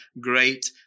great